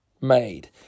made